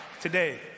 today